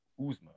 Uzma